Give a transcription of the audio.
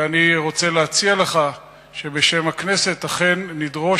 אני רוצה להציע לך שבשם הכנסת אכן נדרוש